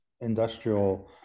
industrial